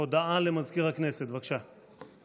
הודעה למזכיר הכנסת, בבקשה.